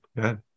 good